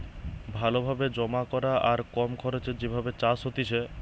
ভালো ভাবে জমা করা আর কম খরচে যে ভাবে চাষ হতিছে